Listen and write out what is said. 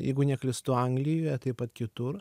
jeigu neklystu anglijoje taip pat kitur